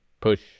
push